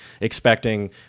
expecting